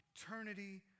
eternity